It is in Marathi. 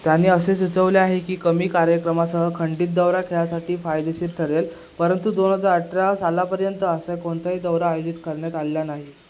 त्याने असे सुचवले आहे की कमी कार्यक्रमासह खंडित दौरा खेळासाठी फायदेशीर ठरेल परंतु दोन हजार अठरा सालापर्यंत असा कोणताही दौरा आयोजित करण्यात आल्या नाही